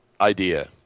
idea